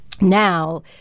now